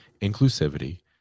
inclusivity